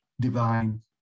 divine